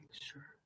sure